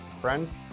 Friends